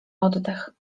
oddech